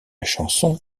chanson